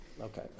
okay